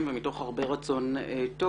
ומתוך הרבה רצון טוב.